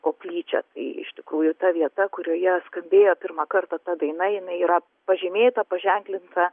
koplyčia tai iš tikrųjų ta vieta kurioje skambėjo pirmą kartą ta daina jinai yra pažymėta paženklinta